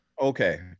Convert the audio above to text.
Okay